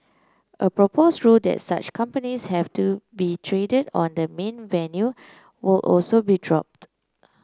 a proposed rule that such companies have to be traded on the main venue will also be dropped